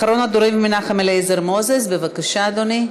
אחרון הדוברים, מנחם אליעזר מוזס, בבקשה, אדוני.